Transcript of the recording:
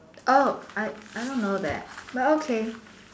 oh I I don't know that well okay